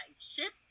shift